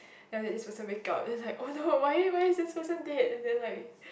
then after that they were supposed to wake up then its like oh no why why is this person dead and then like